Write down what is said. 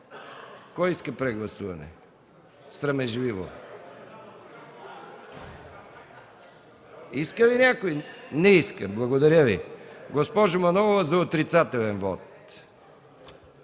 Кой иска прегласуване срамежливо? Иска ли някой? Не иска. Благодаря Ви. Госпожа Манолова – за отрицателен вот.